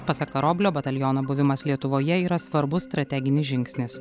pasak karoblio bataliono buvimas lietuvoje yra svarbus strateginis žingsnis